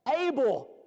Able